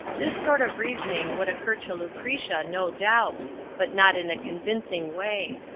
this sort of reasoning would occur to lucretia no doubts but not in a convincing way.